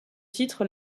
titre